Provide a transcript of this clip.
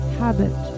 habit